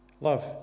Love